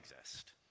exist